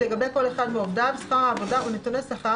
לגבי כל אחד מעובדיו שכר העבודה ונתוני שכר